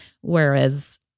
Whereas